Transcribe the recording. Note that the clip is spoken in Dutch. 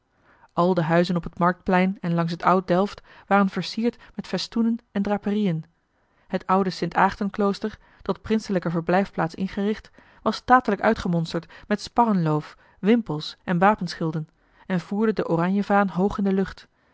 al de huizen op het marktplein en langs het oud delft waren versierd met festoenen en draperiën het oude st aagtenklooster tot prinselijke verblijfplaats ingericht was statelijk uitgemonsterd met sparrenloof wimpels en wapenschilden en voerde de oranjevaan hoog in de lucht